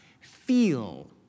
feel